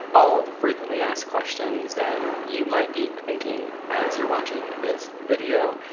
all the frequently asked questions that you might be thinking as you're watching this video,